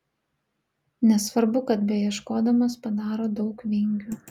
nesvarbu kad beieškodamas padaro daug vingių